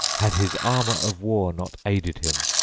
had his armor of war not aided him,